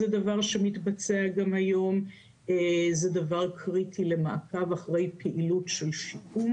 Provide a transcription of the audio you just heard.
זה דבר שמתבצע גם היום והוא קריטי למעקב אחרי פעילות של שיקום.